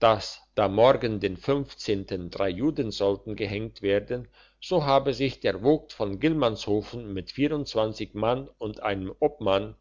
dass da morgen den ten drei juden sollen gehenkt werden so habe sich der vogt von gillmannshofen mit vierundzwanzig mann und einem obmann